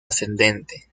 ascendente